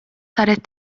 saret